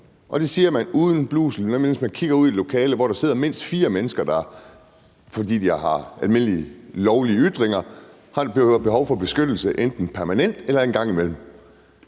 Det siger man uden blusel, mens man kigger ud i lokalet, hvor der sidder mindst fire mennesker, som, fordi de er kommet med almindelige, lovlige ytringer, har behov for beskyttelse enten permanent eller en gang imellem.